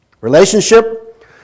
Relationship